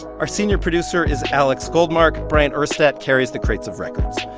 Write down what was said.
our senior producer is alex goldmark. bryant urstadt carries the crates of records.